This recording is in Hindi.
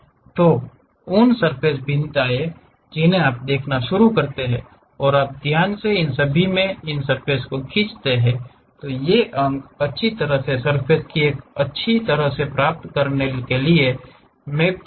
तो उन सर्फ़ेस भिन्नताएँ जिन्हें आप देखना शुरू करते हैं और आप ध्यान से इन सभी में अपनी सर्फ़ेस खींचते हैं ये अंक अच्छी तरह से सर्फ़ेस की एक अच्छी तरह से प्राप्त करने के लिए मैप किया गया